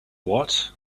what